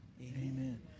amen